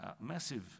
massive